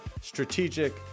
strategic